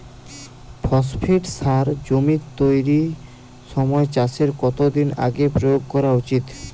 Phosphate সার জমি তৈরির সময় চাষের কত দিন আগে প্রয়োগ করা উচিৎ?